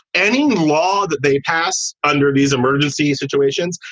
any law that they pass under these emergency situations?